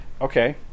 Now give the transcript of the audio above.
okay